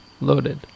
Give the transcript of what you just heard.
loaded